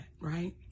right